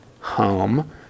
home